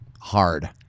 hard